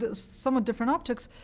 ah somewhat different optics,